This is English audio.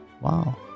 Wow